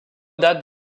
dates